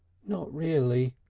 not reely!